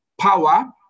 power